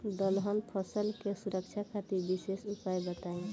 दलहन फसल के सुरक्षा खातिर विशेष उपाय बताई?